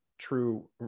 true